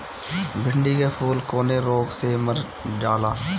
भिन्डी के फूल कौने रोग से मर जाला?